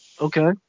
okay